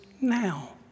now